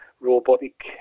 robotic